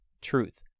truth